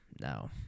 No